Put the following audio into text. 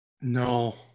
No